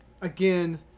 Again